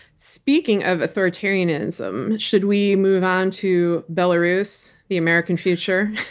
speaking of authoritarianism, should we move on to belarus, the american future?